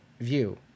view